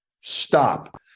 Stop